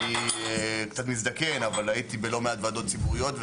אני קצת מזדקן, אבל הייתי בלא מעט ועדות ציבוריות.